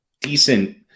decent